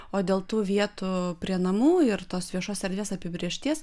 o dėl tų vietų prie namų ir tos viešos erdvės apibrėžties